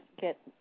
get